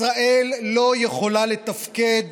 ישראל לא יכולה לתפקד